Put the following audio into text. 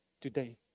today